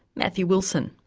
matthew wilson.